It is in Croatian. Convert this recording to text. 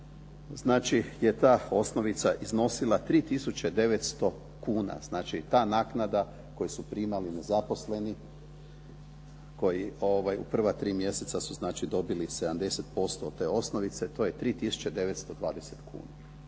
znači je ta osnovica iznosila 3 tisuće 900 kuna, znači ta naknada koju su primali nezaposleni koji u prva tri mjeseca su znači dobili 70% od te osnovice, to je 3 tisuće